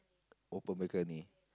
open balcony